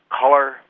color